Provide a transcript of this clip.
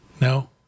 No